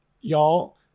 y'all